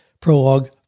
prologue